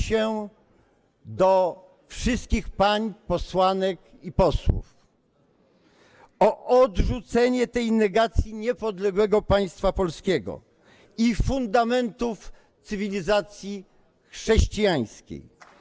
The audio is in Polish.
się do wszystkich pań posłanek i posłów o odrzucenie tej negacji niepodległego państwa polskiego i fundamentów cywilizacji chrześcijańskiej.